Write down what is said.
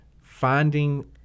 finding